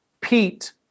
Pete